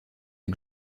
est